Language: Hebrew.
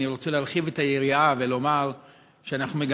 אני רוצה להרחיב את היריעה ולומר שאנחנו גם